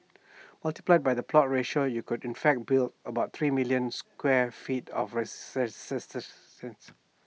multiplied by the plot ratio you could in fact build about three million square feet of